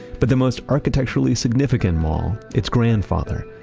but the most architecturally significant mall, its grandfather,